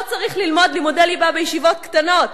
שלא צריך ללמוד לימודי ליבה בישיבות קטנות".